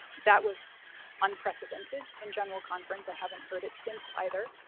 that was unprecedented in general conference, i haven't heard it since, either.